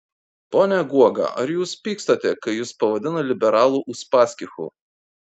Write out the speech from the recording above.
pone guoga ar jūs pykstate kai jus pavadina liberalų uspaskichu